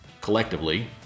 Collectively